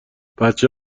بچه